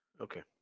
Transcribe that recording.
Okay